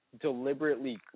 deliberately